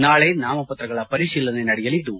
ನಾಳೆ ನಾಮಪತ್ರಗಳ ಪರಿಶೀಲನೆ ನಡೆಯಲಿದ್ದು